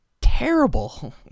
terrible